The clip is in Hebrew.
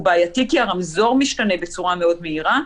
הוא בעייתי כי הרמזור משתנה בצורה מאוד מהירה,